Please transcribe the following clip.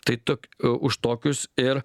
tai tok u už tokius ir